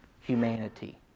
humanity